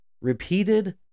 repeated